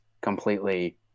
completely